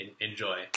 enjoy